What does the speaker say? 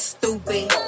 Stupid